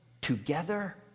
together